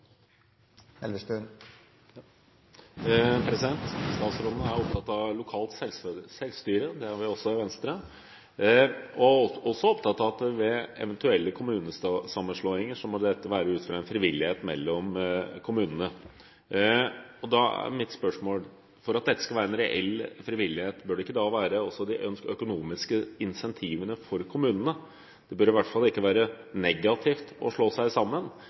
lokalt selvstyre – det er vi også i Venstre – og er også opptatt av at eventuelle kommunesammenslåinger må skje ut fra en frivillighet mellom kommunene. Da er mitt spørsmål: For at dette skal være en reell frivillighet, bør det ikke da også være økonomiske insentiver for kommunene? Det bør i hvert fall ikke være negativt å slå seg